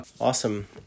Awesome